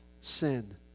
sin